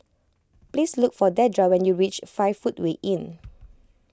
please look for Dedra when you reach five Footway Inn